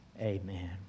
Amen